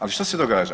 Ali što se događa?